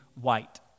white